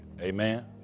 Amen